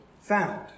found